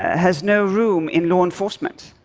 has no room in law enforcement.